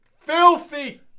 Filthy